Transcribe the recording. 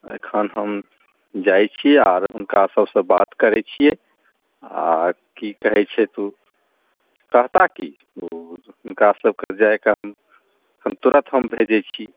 एखन हम जाइ छी आर हुनका सभसँ बात करै छियै आ की कहै छथि ओ कहता की हुनका सभके जाएकऽ हम तुरत हम भेजै छी